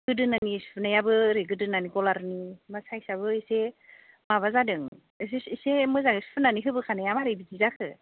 गोदोनानि सुनायाबो ओरै गोदोनानि खलारनि मा सायसआबो इसे माबा जादों इसे मोजाङै सुनानै होबोखानाया मारै बिदि जाखो